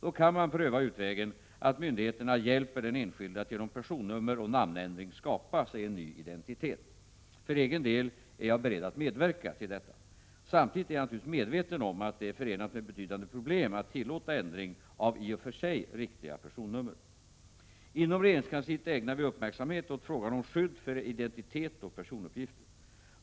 Då kan man pröva utvägen att myndigheterna hjälper den enskilde att genom personnummersoch namnändring skapa sig en ny identitet. För egen del är jag beredd att medverka till detta. Samtidigt är jag naturligtvis medveten om att det är förenat med betydande problem att tillåta ändring av i och för sig riktiga personnummer. Inom regeringskansliet ägnar vi uppmärksamhet åt frågan om skydd för identitet och personuppgifter.